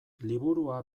liburua